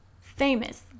Famous